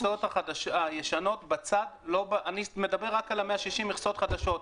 אני מדבר רק על ה-160 מכסות חדשות.